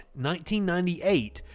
1998